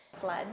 Flood